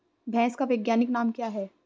भैंस का वैज्ञानिक नाम क्या है?